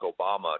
Obama